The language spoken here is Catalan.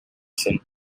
cent